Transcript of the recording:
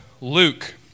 Luke